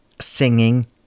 Singing